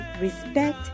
respect